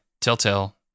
Telltale